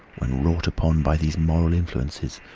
when wrought upon by these moral influences,